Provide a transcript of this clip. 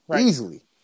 easily